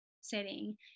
setting